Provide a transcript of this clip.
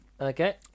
Okay